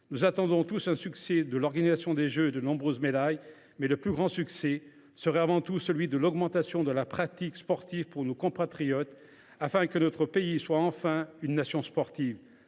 Nous attendons tous un succès de l’organisation des Jeux et de nombreuses médailles, mais le plus grand succès sera avant tout celui de l’augmentation de la pratique sportive par nos compatriotes, afin que notre pays soit enfin une nation sportive.